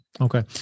Okay